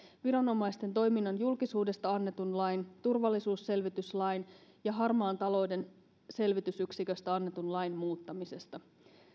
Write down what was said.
viranomaisten toiminnan julkisuudesta annetun lain turvallisuusselvityslain ja harmaan talouden selvitysyksiköstä annetun lain muuttamisesta